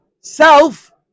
self